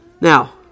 Now